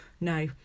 No